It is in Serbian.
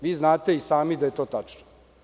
Vi znate i sami da je to tačno.